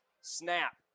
Snap